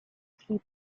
she